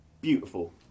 beautiful